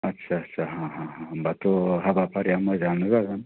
आथसा आथसा अह ह' ह' होमबाथ' हाबाफारिया मोजाङानो जागोन